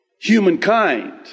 humankind